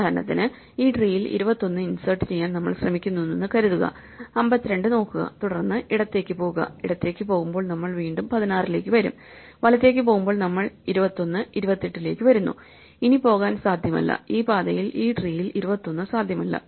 ഉദാഹരണത്തിന് ഈ ട്രീയിൽ 21 ഇൻസേർട്ട് ചെയ്യാൻ നമ്മൾ ശ്രമിക്കുന്നുവെന്ന് കരുതുക 52 നോക്കുക തുടർന്ന് ഇടത്തേക്ക് പോകുക ഇടത്തേക്ക് പോകുമ്പോൾ നമ്മൾ വീണ്ടും 16 ലേക്ക് വരും വലത്തേക്ക് പോകുമ്പോൾ നമ്മൾ 21 28 ലേക്ക് വരുന്നു ഇനി പോകാൻ സാധ്യമല്ല ഈ പാതയിൽ ഈ ട്രീയിൽ 21 സാധ്യമല്ല